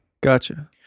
Gotcha